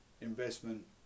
investment